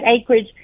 acreage